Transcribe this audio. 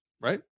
right